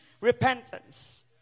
repentance